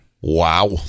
Wow